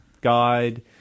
guide